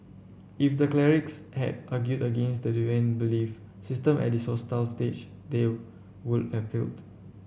if the clerics had argued against the deviant belief system at this hostile stage they would have failed